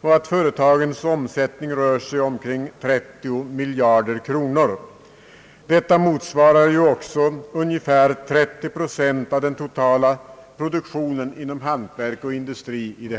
och har en omsättning på ungefär 30 miljarder kronor årligen. Detta motsvarar cirka 30 procent av den totala produktionen inom Sveriges hantverk och industri.